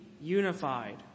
unified